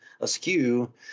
askew